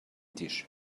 dish